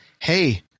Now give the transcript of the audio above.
hey